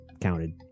counted